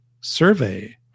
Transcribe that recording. survey